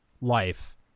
life